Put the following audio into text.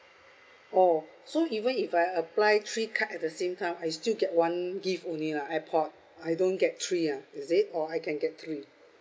oh so even if I apply three card at the same time I still get one gift only lah airpod I don't get three ah is it or I can get three